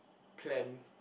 plan